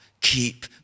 Keep